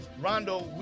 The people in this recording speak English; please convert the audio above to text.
Rondo